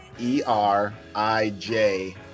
e-r-i-j